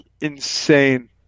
insane